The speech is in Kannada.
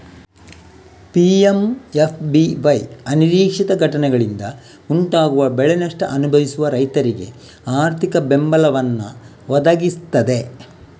ಪಿ.ಎಂ.ಎಫ್.ಬಿ.ವೈ ಅನಿರೀಕ್ಷಿತ ಘಟನೆಗಳಿಂದ ಉಂಟಾಗುವ ಬೆಳೆ ನಷ್ಟ ಅನುಭವಿಸುವ ರೈತರಿಗೆ ಆರ್ಥಿಕ ಬೆಂಬಲವನ್ನ ಒದಗಿಸ್ತದೆ